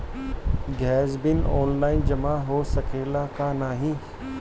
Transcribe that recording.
Gas bill online जमा हो सकेला का नाहीं?